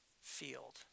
field